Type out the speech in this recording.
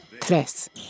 Tres